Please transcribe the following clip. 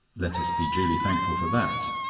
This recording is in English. let us be duly thankful for that,